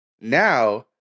now